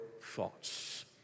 thoughts